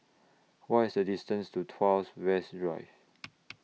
What IS The distance to Tuas West Rive